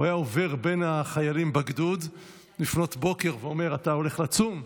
והוא היה עובר בין החיילים בגדוד לפנות בוקר ואומר: אתה הולך לצום?